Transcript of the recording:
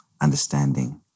understanding